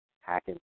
hacking